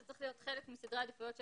זה צריך להיות חלק מסדר העדיפויות של